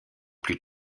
plus